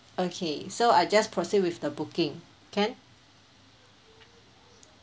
okay so I just proceed with the booking can